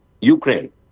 Ukraine